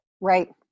Right